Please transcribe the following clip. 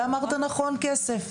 ואמרת נכון - כסף.